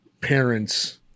parents